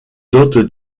dote